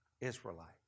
Israelite